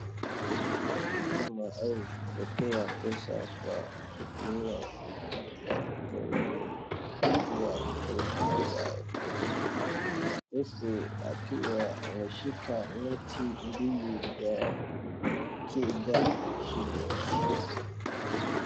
Mtu akituma au kupokea pesa kwa kutumia simu ya mkononi, kupitia huduma ya Mpesa, huku akiwa ameshika noti mbili za Kenyan shillings .